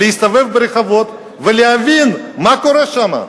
להסתובב ברחובות ולהבין מה קורה שם.